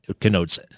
connotes